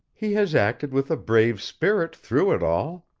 he has acted with a brave spirit through it all.